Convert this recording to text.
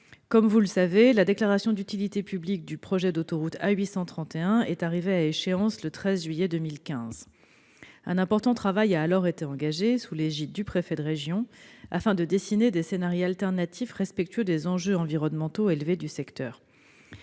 Comme vous le savez, la déclaration d'utilité publique du projet d'autoroute A831 est arrivée à échéance le 13 juillet 2015. Un important travail a alors été engagé, sous l'égide du préfet de région, afin de dessiner des scenarii alternatifs, respectueux des enjeux environnementaux forts du secteur.